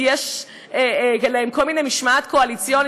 כי יש להם כל מיני משמעת קואליציונית,